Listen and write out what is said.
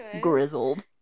Grizzled